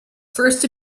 first